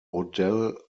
odell